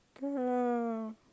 Girl